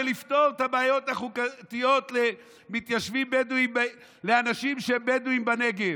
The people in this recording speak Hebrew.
ולפתור את הבעיות החוקתיות לאנשים של בדואים בנגב?